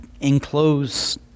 enclose